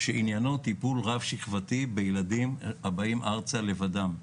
שעניינו טיפול רב שכבתי בילדים הבאים ארצה לבדם.